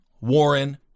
Warren